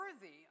worthy